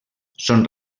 són